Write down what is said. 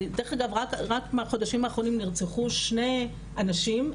ודרך אגב רק מהחודשים האחרונים נרצחו שני אנשים,